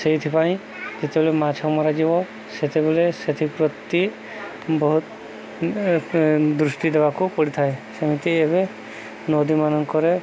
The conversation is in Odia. ସେଇଥିପାଇଁ ଯେତେବେଳେ ମାଛ ମରାଯିବ ସେତେବେଲେ ସେଥିପ୍ରତି ବହୁତ ଦୃଷ୍ଟି ଦେବାକୁ ପଡ଼ିଥାଏ ସେମିତି ଏବେ ନଦୀମାନଙ୍କରେ